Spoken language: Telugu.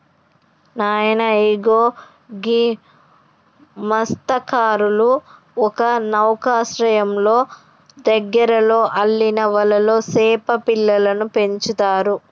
నాయన ఇగో గీ మస్త్యకారులు ఒక నౌకశ్రయంలో దగ్గరలో అల్లిన వలలో సేప పిల్లలను పెంచుతారు